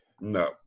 No